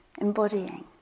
embodying